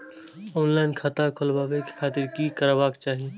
Online खाता खोलाबे के खातिर कि करबाक चाही?